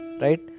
right